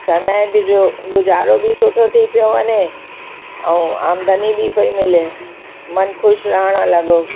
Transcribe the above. समय बि जो गुज़ारो बि सुठो थी पियो वञे ऐं आमदनी बि पई मिले मनु ख़ुशि रहणु लॻो